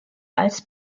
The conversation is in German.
als